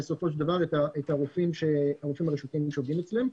את הרופאים הרשותיים בסופו של דבר שעובדים אצלם.